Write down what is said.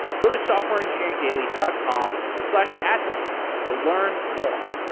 go to softwareengineeringdaily dot com slash atomist to learn more.